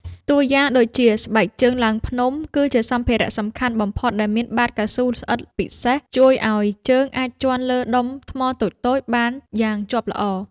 តួយ៉ាងដូចជា ស្បែកជើងឡើងភ្នំ គឺជាសម្ភារៈសំខាន់បំផុតដែលមានបាតកៅស៊ូស្អិតពិសេស ជួយឱ្យជើងអាចជាន់លើដុំថ្មតូចៗបានយ៉ាងជាប់ល្អ។